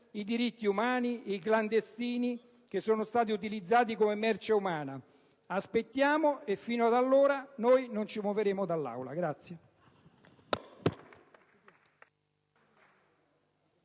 i diritti umani, per i clandestini che sono stati utilizzati come merce umana. Aspettiamo e, fino ad allora, non ci muoveremo dall'Aula.